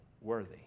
worthy